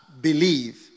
believe